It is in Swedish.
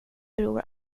bror